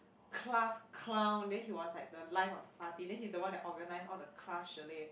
class clown then he was like the life of party then his the one organise all the class chalet